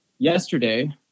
yesterday